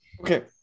Okay